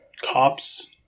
Cops